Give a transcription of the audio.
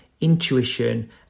intuition